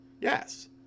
Yes